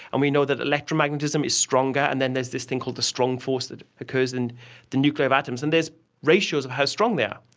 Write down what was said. and we know that electromagnetism is stronger and then there's this thing called the strong force that occurs in and the nuclei of atoms, and there's ratios of how strong they are.